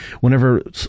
whenever